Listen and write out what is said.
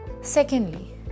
Secondly